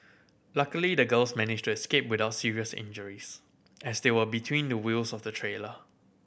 luckily the girls managed to escape without serious injuries as they were between the wheels of the trailer